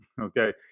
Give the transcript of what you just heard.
okay